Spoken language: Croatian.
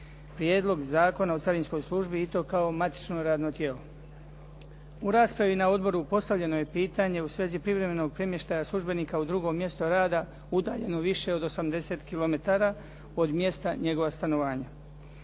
Prijedlog Zakona o carinskoj službi i to kao matično radno tijelo. U raspravi na odboru postavljeno je pitanje u svezi privremenog premještaja službenika u drugo mjesto rada udaljeno više od 80 kilometara od mjesta njegova stanovanja.